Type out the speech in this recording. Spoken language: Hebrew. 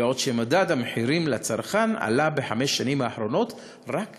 ואילו מדד המחירים לצרכן עלה בחמש השנים האחרונות רק ב-2%.